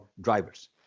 drivers